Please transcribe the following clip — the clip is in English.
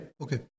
okay